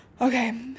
okay